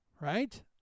right